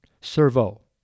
Servo